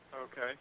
Okay